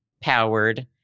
powered